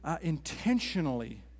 intentionally